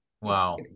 Wow